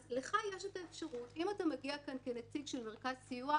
אז לך יש את האפשרות אם אתה מגיע לכאן כנציג של מרכז סיוע,